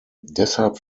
deshalb